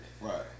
Right